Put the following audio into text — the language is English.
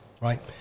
right